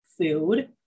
food